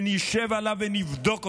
נשב עליו ונבדוק אותו.